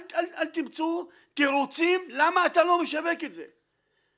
אל תמצאו תירוצים למה אתה לא משווק את זה.